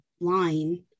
line